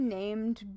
named